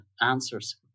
answers